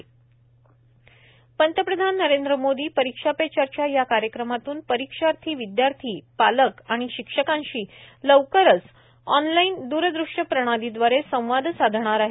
परीक्षा पे चर्चा पंतप्रधान नरेंद्र मोदी परीक्षा पे चर्चा या कार्यक्रमातून परीक्षार्थी विद्यार्थी पालक आणि शिक्षकांशी लवकरच व्हर्च्अल अर्थात ऑनलाईन द्रदृश्य प्रणालीद्वारे संवाद साधणार आहेत